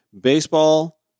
baseball